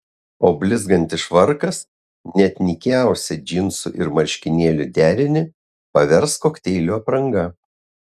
o blizgantis švarkas net nykiausią džinsų ir marškinėlių derinį pavers kokteilių apranga